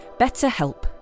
BetterHelp